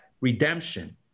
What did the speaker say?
redemption